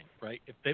right